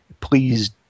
please